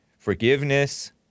Forgiveness